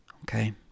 Okay